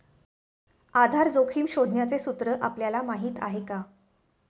आधार जोखिम शोधण्याचे सूत्र आपल्याला माहीत आहे का?